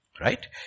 Right